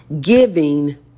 giving